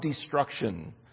destruction